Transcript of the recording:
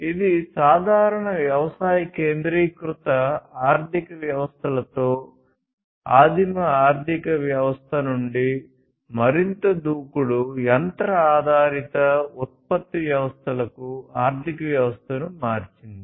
ఇది సాధారణ వ్యవసాయ కేంద్రీకృత ఆర్థిక వ్యవస్థలతో ఆదిమ ఆర్థిక వ్యవస్థ నుండి మరింత దూకుడు యంత్ర ఆధారిత ఉత్పత్తి వ్యవస్థలకు ఆర్థిక వ్యవస్థను మార్చింది